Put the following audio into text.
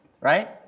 right